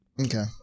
Okay